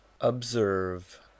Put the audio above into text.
observe